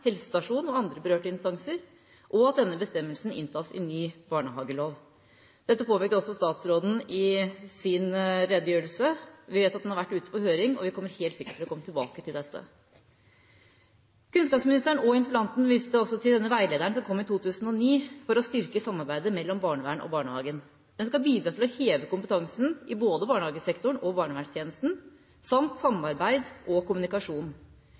helsestasjon og andre berørte instanser, og at denne bestemmelsen inntas i ny barnehagelov. Dette påpekte også statsråden i sin redegjørelse. Vi vet at den har vært ute på høring, og vi kommer helt sikkert til å komme tilbake til dette. Kunnskapsministeren og interpellanten viste også til veilederen som kom i 2009 for å styrke samarbeidet mellom barnevernet og barnehagen. Den skal bidra til å heve kompetansen i både barnehagesektoren og barnevernstjenesten, samt til samarbeid og kommunikasjon.